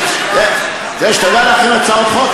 זה שאתה יודע להכין הצעות חוק,